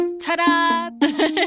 Ta-da